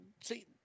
See